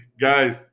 guys